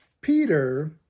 Peter